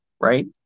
right